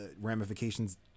ramifications